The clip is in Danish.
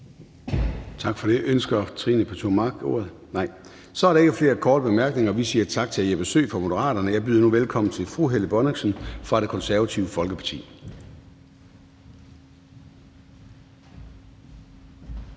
Tak for det. Ønsker fru Trine Pertou Mach ordet? Nej. Så er der ikke flere korte bemærkninger. Vi siger tak til hr. Jeppe Søe fra Moderaterne. Jeg byder nu velkommen til fru Helle Bonnesen fra Det Konservative Folkeparti.